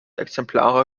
exemplare